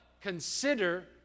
Consider